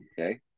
Okay